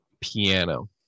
Piano